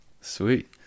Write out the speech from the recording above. Sweet